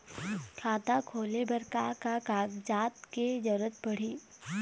खाता खोले बर का का कागजात के जरूरत पड़ही?